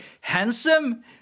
handsome